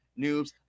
noobs